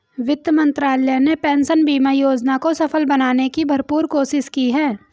वित्त मंत्रालय ने पेंशन बीमा योजना को सफल बनाने की भरपूर कोशिश की है